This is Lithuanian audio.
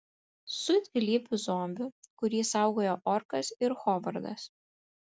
su dvilypiu zombiu kurį saugojo orkas ir hovardas